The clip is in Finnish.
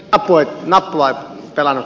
kattoikkuna vai pelannut